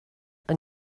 yng